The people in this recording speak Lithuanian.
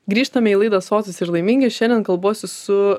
grįžtame į laidą sotūs ir laimingi šiandien kalbuosi su